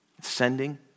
sending